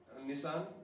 Nissan